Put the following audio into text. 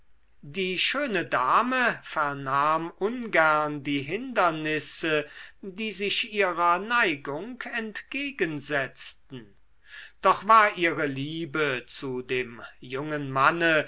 die schöne dame vernahm ungern die hindernisse die sich ihrer neigung entgegensetzten doch war ihre liebe zu dem jungen manne